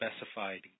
specified